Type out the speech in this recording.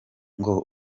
ngo